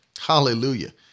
Hallelujah